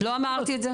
לא אמרתי את זה.